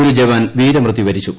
ഒരു ജവാൻ വീരമൃത്യു വരിച്ചു